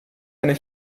eine